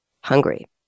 hungry